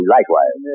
Likewise